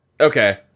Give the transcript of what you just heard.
Okay